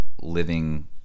living